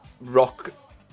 rock